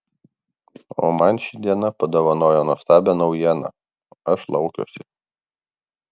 o man ši diena padovanojo nuostabią naujieną aš laukiuosi